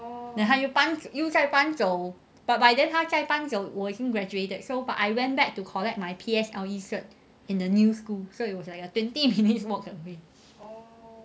then 他又又在搬走 but by then 他在搬走我已经 graduated so but I went back to collect my P_S_L_E certificate in the new school so it was like a twenty minutes walk away